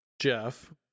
Jeff